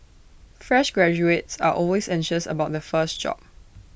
fresh graduates are always anxious about their first job